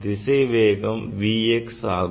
திசைவேகம் Vx ஆகும்